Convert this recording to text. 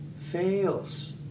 fails